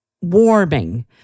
warming